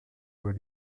voix